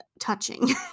touching